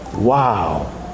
wow